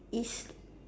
is